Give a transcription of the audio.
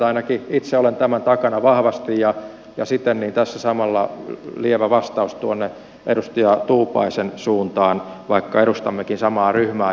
ainakin itse olen tämän takana vahvasti ja siten tässä samalla lievä vastaus tuonne edustaja tuupaisen suuntaan vaikka edustammekin samaa ryhmää